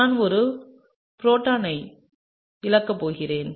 நான் ஒரு புரோட்டானையும் இழக்கப் போகிறேன்